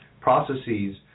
processes